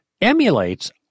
emulates